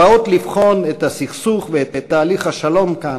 הבאות לבחון את הסכסוך ואת תהליך השלום כאן,